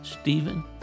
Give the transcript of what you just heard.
Stephen